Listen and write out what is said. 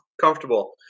comfortable